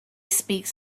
speaks